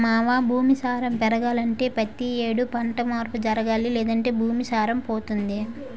మావా భూమి సారం పెరగాలంటే పతి యేడు పంట మార్పు జరగాలి లేదంటే భూమి సారం పోతుంది